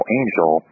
angel